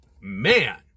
man